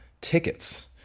tickets